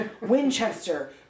Winchester